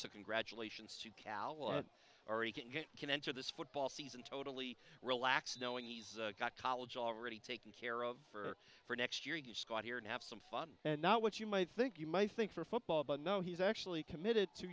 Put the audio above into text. so congratulations to cal and ari can get can enter this football season totally relax knowing he's got college already taken care of for for next year in his squad here and have some fun and not what you might think you might think for football but no he's actually committed to